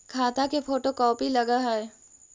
खाता के photo copy लगहै?